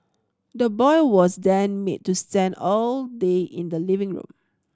the boy was then made to stand all day in the living room